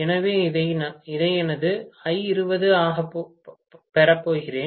எனவே இதை எனது I20 ஆகப் பெறப்போகிறேன்